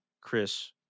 Chris